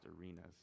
arenas